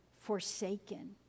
forsaken